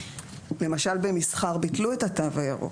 למשל במסחר ביטלו את התו הירוק,